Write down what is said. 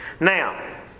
Now